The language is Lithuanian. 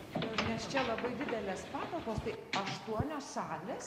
nes čia labai didelės patalpos nes aštuonios salės